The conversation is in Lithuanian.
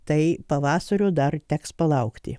tai pavasario dar teks palaukti